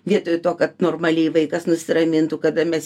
vietoj to kad normaliai vaikas nusiramintų kad mes